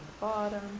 bottom